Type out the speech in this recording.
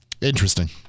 Interesting